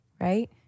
right